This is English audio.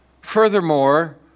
Furthermore